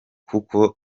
kuko